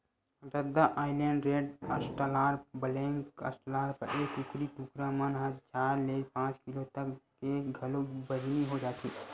रद्दा Island Red, Australorp, black Australorp, ए कुकरी कुकरा मन ह चार ले पांच किलो तक के घलोक बजनी हो जाथे